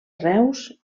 reus